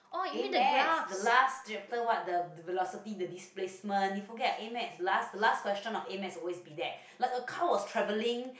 AddMath the last chapter what the velocity the displacement you forget AddMath last the last question of AddMath always be there like a car was travelling